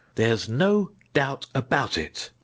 there's no doubt about it.